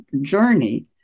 journey